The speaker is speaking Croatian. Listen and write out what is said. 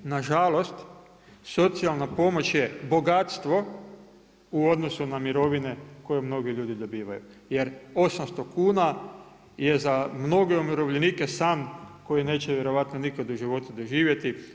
Nažalost, socijalna pomoć je bogatstvo u odnosu na mirovine koje mnogi ljudi dobivaju jer 800 kuna je za mnoge umirovljenike san koji neće vjerovatno nikad u životu doživjeti.